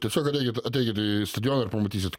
tiesiog ateikit ateikit į stadioną ir pamatysit